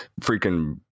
Freaking